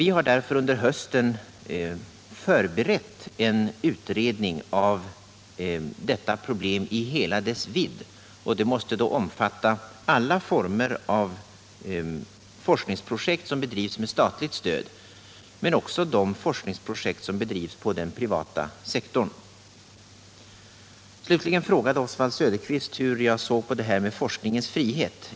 Vi har därför under hösten förberett en utredning av detta problem i hela dess vidd. Utredningen måste då omfatta alla former av forskningsprojekt som bedrivs med statligt stöd men också de forskningsprojekt som bedrivs på den privata sektorn. Slutligen frågade Oswald Söderqvist hur jag såg på forskningens frihet.